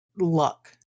luck